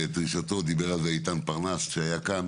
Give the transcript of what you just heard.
איתן פרנס, שהיה כאן,